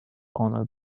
honor